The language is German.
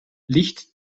licht